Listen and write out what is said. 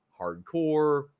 hardcore